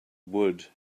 wood